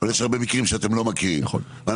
אבל יש הרבה מקרים שאתם לא מכירים.